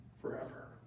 forever